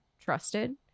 trusted